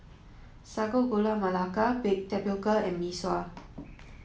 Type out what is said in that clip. Sago Gula Melaka Baked Tapioca and Mee Sua